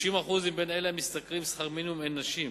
60% מאלו המשתכרים שכר מינימום הם נשים,